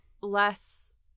less